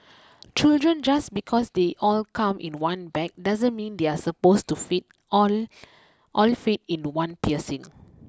children just because they all come in one bag doesn't mean they are supposed to fit all all fit in one piercing